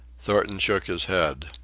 thornton shook his head.